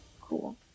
Cool